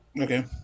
Okay